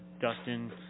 Dustin